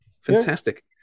Fantastic